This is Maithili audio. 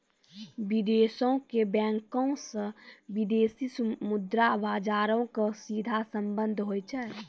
विदेशो के बैंको से विदेशी मुद्रा बजारो के सीधा संबंध होय छै